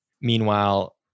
Meanwhile